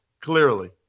Clearly